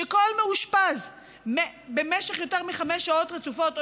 שכל מאושפז במשך יותר מחמש שעות רצופות או